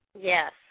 Yes